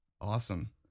Awesome